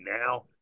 now